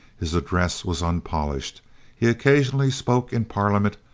his address was unpolished he occasionally spoke in parliament,